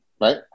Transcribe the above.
Right